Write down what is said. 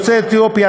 יוצאי אתיופיה,